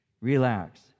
Relax